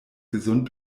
gesund